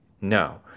No